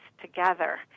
together